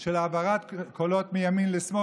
של העברת קולות מימין לשמאל,